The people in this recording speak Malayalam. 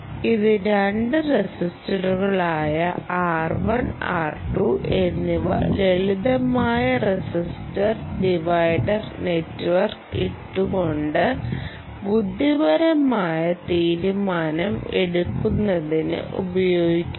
ഇത് രണ്ട് റെസിസ്റ്ററുകളായ R1 R2 എന്നിവ ലളിതമായ റെസിസ്റ്റർ ഡിവൈഡർ നെറ്റ്വർക്ക് ഇട്ടുകൊണ്ട് ബുദ്ധിപരമായ തീരുമാനം എടുക്കുന്നതിന് ഉപയോഗിക്കുക